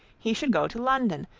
he should go to london,